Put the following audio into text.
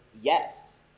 yes